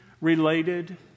related